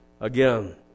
again